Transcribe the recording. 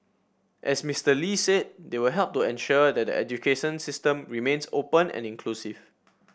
as Mister Lee said they will help to ensure that the education system remains open and inclusive